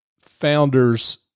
founders